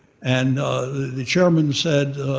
and the chairman said,